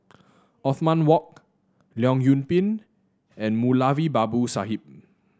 Othman Wok Leong Yoon Pin and Moulavi Babu Sahib